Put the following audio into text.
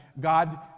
God